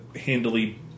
handily